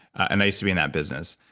and i used to be in that business.